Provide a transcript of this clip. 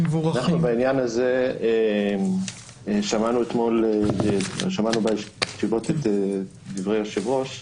בעניין הזה שמענו אתמול את דברי היושב-ראש,